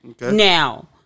Now